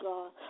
God